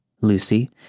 Lucy